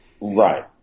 Right